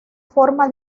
forma